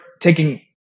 taking